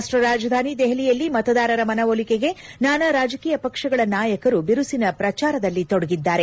ರಾಷ್ಟ್ರ ರಾಜಧಾನಿ ದೆಹಲಿಯಲ್ಲಿ ಮತದಾರರ ಮನವೊಲಿಕೆಗೆ ನಾನಾ ರಾಜಕೀಯ ಪಕ್ಷಗಳ ನಾಯಕರು ಬಿರುಸಿನ ಪ್ರಚಾರದಲ್ಲಿ ತೊಡಗಿದ್ದಾರೆ